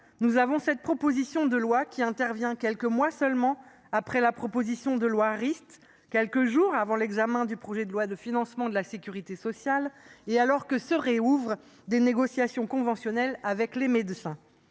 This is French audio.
nous avons cette proposition de loi, qui intervient quelques mois seulement après la loi Rist 2, quelques jours avant l’examen du projet de loi de financement de la sécurité sociale et alors que se rouvrent les négociations conventionnelles avec les médecins.